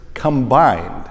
combined